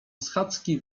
schadzki